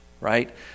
right